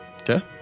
Okay